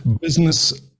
business